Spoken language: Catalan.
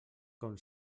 com